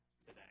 today